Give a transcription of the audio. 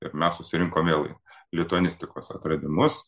ir mes susirinkom vėl lituanistikos atradimus